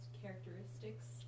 characteristics